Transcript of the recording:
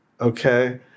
Okay